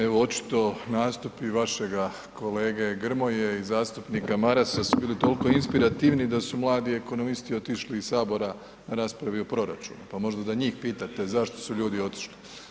Evo očito nastupi vašega kolege Grmoje i zastupnika Marasa su bili toliko inspirativni da su mladi ekonomisti otišli iz Sabora o raspravo o proračunu pa možda da njih pitate zašto su ljudi otišli.